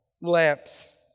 lamps